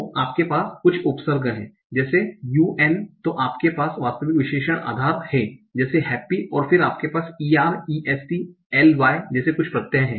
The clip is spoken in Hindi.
तो आपके पास कुछ उपसर्ग है जैसे un तो आपके पास वास्तविक विशेषण आधार है जैसे happy और फिर आपके पास er est ly जैसे कुछ प्रत्यय हैं